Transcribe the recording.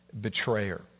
betrayer